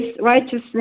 righteousness